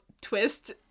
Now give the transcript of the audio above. twist